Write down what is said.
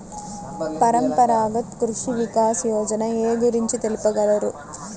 పరంపరాగత్ కృషి వికాస్ యోజన ఏ గురించి తెలుపగలరు?